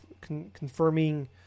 confirming